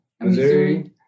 Missouri